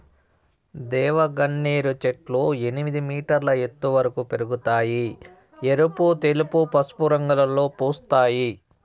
దేవగన్నేరు చెట్లు ఎనిమిది మీటర్ల ఎత్తు వరకు పెరగుతాయి, ఎరుపు, తెలుపు, పసుపు రంగులలో పూస్తాయి